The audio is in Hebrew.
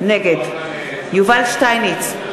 נגד יובל שטייניץ,